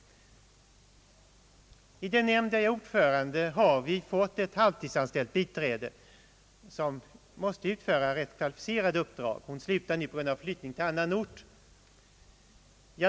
I den övervakningsnämnd där jag är ordförande har vi haft ett halvtidsanställt kvinnligt biträde som måst utföra rätt kvalificerade uppdrag. Hon slutar nu på grund av flyttning till annan ort.